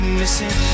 missing